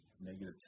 negative